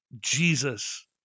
Jesus